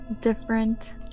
different